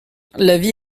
l’avis